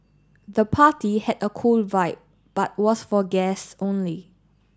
the party had a cool vibe but was for guests only